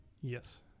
Yes